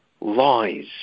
lies